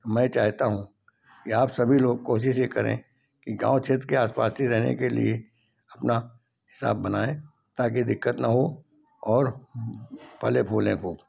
मैं चाहता हूँ कि आप सभी लोग कोशिश ये करें कि गाँव क्षेत्र के आस पास ही रहने के लिए ही अपना हिसाब बनाएं ताकि दिक्कत ना हो और फले फूले खूब